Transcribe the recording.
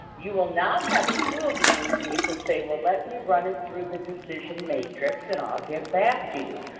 you will now have a tool to use and you can say, well let me run it through the decision matrix and i will get back to you.